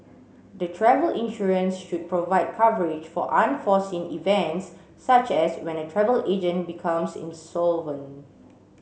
the travel insurance should provide coverage for unforeseen events such as when a travel agent becomes insolvent